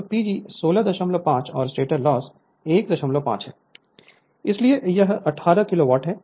तो PG 165 और stator loss 15 है इसलिए यह 18 किलोवाट है